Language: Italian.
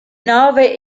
nove